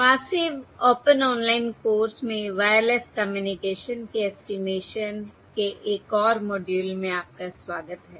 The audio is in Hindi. मासिव ओपन ऑनलाइन कोर्स में वायरलेस कम्युनिकेशन के ऐस्टीमेशन के एक और मॉड्यूल में आपका स्वागत है